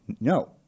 no